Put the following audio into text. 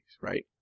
right